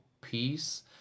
peace